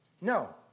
No